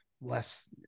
less